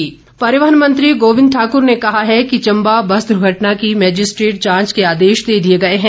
जांच परिवहन मंत्री गोबिंद ठाकुर ने कहा है कि चंबा बस दुर्घटना की मेजिस्ट्रेट जांच के आदेश दे दिए गए हैं